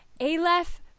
Aleph